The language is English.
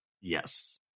Yes